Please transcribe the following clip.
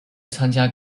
参加